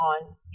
on